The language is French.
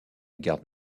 garde